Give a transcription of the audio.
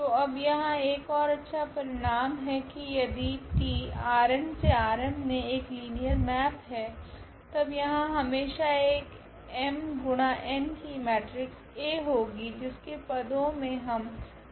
तो अब यहाँ एक ओर अच्छा परिणाम है कि यदि T मे एक लीनियर मैप है तब यहाँ हमेशा एक m गुणा n कि मेट्रिक्स A होगी जिसके पदो मे हम Tx को लिख सकते है